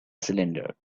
cylinder